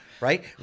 right